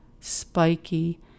spiky